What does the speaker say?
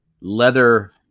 leather